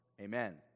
Amen